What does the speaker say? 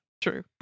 true